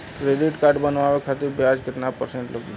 Credit card बनवाने खातिर ब्याज कितना परसेंट लगी?